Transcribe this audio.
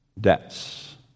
debts